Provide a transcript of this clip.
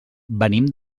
venim